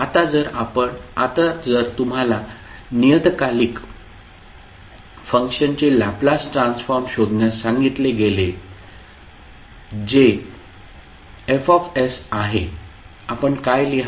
आता जर तुम्हाला नियतकालिक फंक्शनचे लॅपलास ट्रान्सफॉर्म शोधण्यास सांगितले गेले जे F आहे आपण काय लिहाल